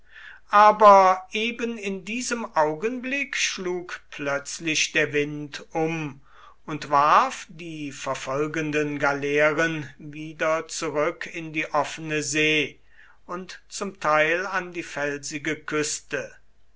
aber eben in diesem augenblick schlug plötzlich der wind um und warf die verfolgenden galeeren wieder zurück in die offene see und zum teil an die felsige küste